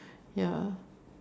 ya